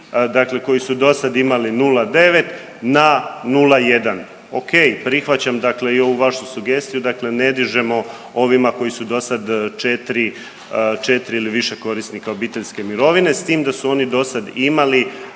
dakle koji su do sad imali 0,9 na 0,1. Ok prihvaćam i ovu vašu sugestiju, dakle ne dižemo ovima koji su do sad četri ili više korisnika obiteljske mirovine s tim da su oni do sad imali